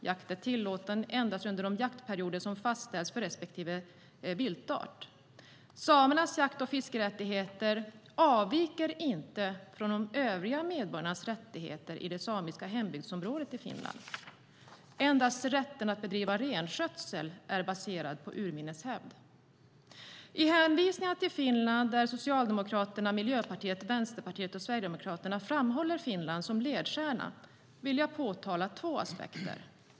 Jakt är tillåten endast under de jaktperioder som fastställs för respektive viltart. Samernas jakt och fiskerättigheter avviker inte från de övriga medborgarnas rättigheter i det samiska hembygdsområdet i Finland. Endast rätten att bedriva renskötsel är baserad på urminnes hävd. I hänvisningar till Finland där Socialdemokraterna, Miljöpartiet, Vänsterpartiet och Sverigedemokraterna framhåller Finland som ledstjärna vill jag påtala två aspekter.